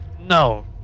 No